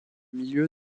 milieu